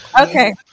Okay